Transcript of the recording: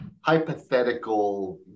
Hypothetical